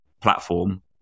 platform